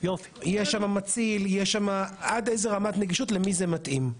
יש מציל, עד איזה רמת נגישות, למי זה מתאים.